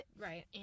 Right